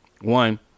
one